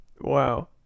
wow